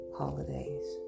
holidays